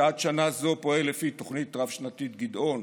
שעד שנה זו פועל לפי התוכנית הרב-שנתית גדעון,